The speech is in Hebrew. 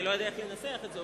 אני לא יודע לנסח את זה.